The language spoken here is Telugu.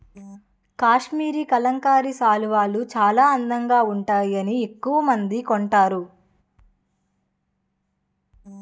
కాశ్మరీ కలంకారీ శాలువాలు చాలా అందంగా వుంటాయని ఎక్కవమంది కొంటారు